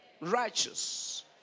righteous